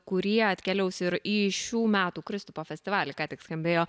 kurie atkeliaus ir į šių metų kristupo festivalį ką tik skambėjo